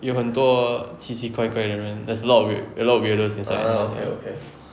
有很多奇奇怪怪的人 there is a lot of weird~ a lot of weirdos inside ah